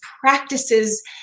practices